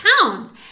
pounds